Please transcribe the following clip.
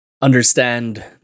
understand